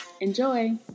Enjoy